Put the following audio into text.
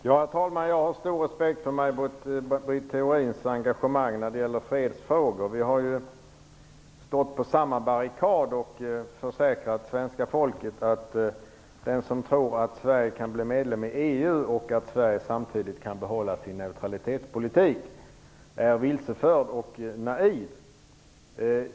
Herr talman! Jag har stor respekt för Maj Britt Theorins engagemang i fredsfrågor. Vi har ju stått på samma barrikader och försäkrat svenska folket att den som tror att Sverige kan bli medlem i EU och samtidigt behålla sin neutralitetspolitik är vilseförd och naiv.